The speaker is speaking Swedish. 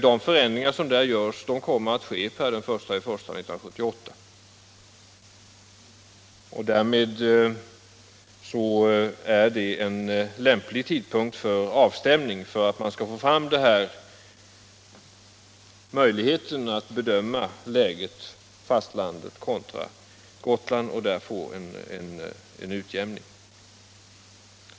De förändringar som görs där kommer att ske per den 1 januari 1978. Därmed är det en lämplig tidpunkt för avstämning —- för att man skall få en möjlighet att bedöma läget fastlandet kontra Gotland och få en utjämning.